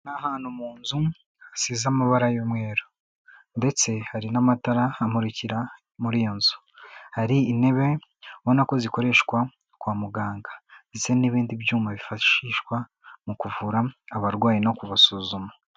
Ni ahantu mu nzu hasize amabara y'umweru ndetse hari n'amatara amukira muri iyo nzu, hari intebe ubona ko zikoreshwa kwa muganga ndetse n'ibindi byuma bifashishwa mu kuvura abarwayi no kubasuzuma.